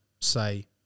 say